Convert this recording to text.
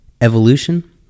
evolution